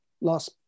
last